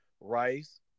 rice